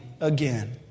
again